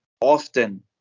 often